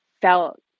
felt